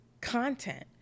content